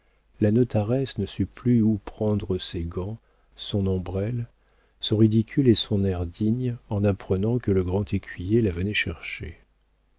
la notaresse ne sut plus où prendre ses gants son ombrelle son ridicule et son air digne en apprenant que le grand écuyer la venait chercher